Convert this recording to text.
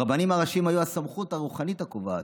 הרבנים הראשיים היו הסמכות הרבנית הקובעת.